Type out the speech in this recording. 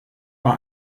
war